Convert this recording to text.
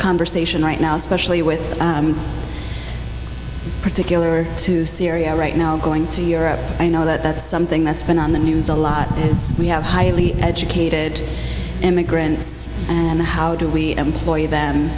conversation right now especially with particular to syria right now going to europe i know that's something that's been on the news a lot and we have highly educated immigrants and how do we employ them